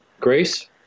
Grace